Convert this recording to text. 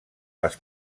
les